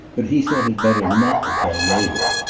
but he thought it better not to tell david.